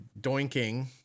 doinking